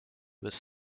was